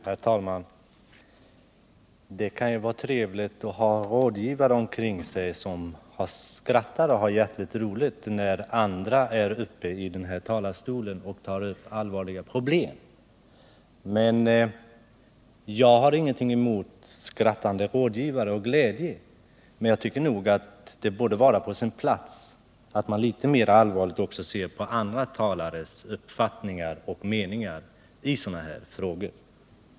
Herr talman! Det kan ju vara trevligt att ha rådgivare omkring sig som skrattar och har hjärtligt roligt när andra är uppe i den här talarstolen och tar upp allvarliga problem. Jag har ingenting emot skrattande rådgivare och glädje, men jag tycker nog att det borde vara på sin plats att litet mer allvarligt se på också andra talares uppfattningar och meningar i de här frågorna.